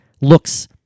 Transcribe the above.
looks